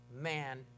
man